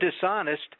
dishonest